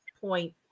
point